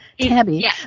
tabby